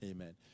Amen